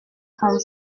trente